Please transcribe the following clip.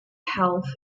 health